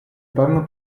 певна